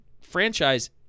franchise